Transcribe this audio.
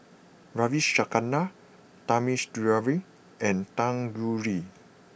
Ravi Shankar Thamizhavel and Tanguturi